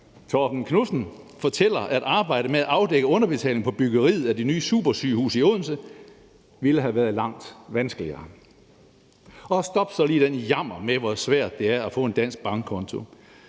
Torben Knudsen, fortæller, at arbejdet med at afdække underbetaling på byggeriet af det nye supersygehus i Odense ville have været langt vanskeligere. Og stop så lige den jammer med, hvor svært det er at få en dansk bankkonto.